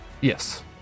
Yes